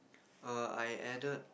err I added